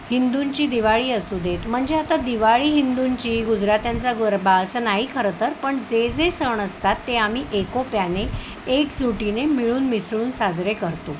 हिंदूंची दिवाळी असू देत म्हणजे आता दिवाळी हिंदूंची गुजरात्यांचा गरबा असं नाही खरं तर पण जे जे सण असतात ते आम्ही एकोप्याने एकजुटीने मिळून मिसळून साजरे करतो